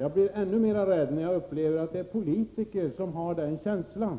Jag blir ännu mera rädd när det är politiker som har den känslan